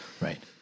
Right